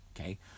Okay